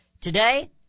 Today